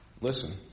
listen